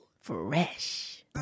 fresh